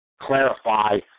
clarify